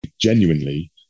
genuinely